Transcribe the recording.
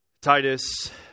Titus